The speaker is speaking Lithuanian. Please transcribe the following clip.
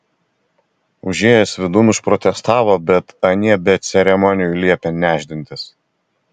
užėjęs vidun užprotestavo bet anie be ceremonijų liepė nešdintis